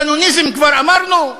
דנוניזם כבר אמרנו?